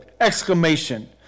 exclamation